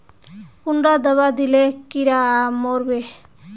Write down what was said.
कुंडा दाबा दिले कीड़ा मोर बे?